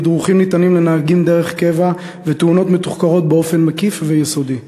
תדרוכים ניתנים לנהגים דרך קבע ותאונות מתוחקרות באופן מקיף ויסודי.